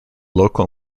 local